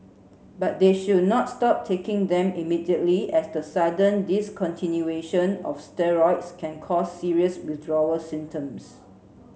but they should not stop taking them immediately as the sudden discontinuation of steroids can cause serious withdrawal symptoms